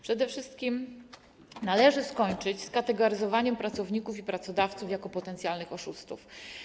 Przede wszystkim należy skończyć z kategoryzowaniem pracowników i pracodawców jako potencjalnych oszustów.